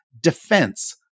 defense